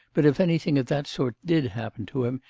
but if anything of that sort did happen to him,